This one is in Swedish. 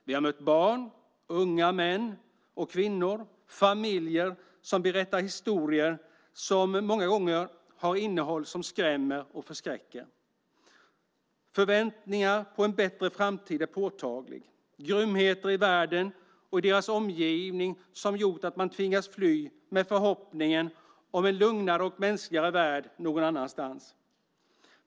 Vi har mött barn, unga män och kvinnor och familjer som berättar historier som många gånger har innehåll som skrämmer och förskräcker. Förväntningarna på en bättre framtid är påtagliga. Grymheter i världen och i omgivningarna har gjort att man tvingats fly med förhoppning om en lugnare och mänskligare värld någon annanstans.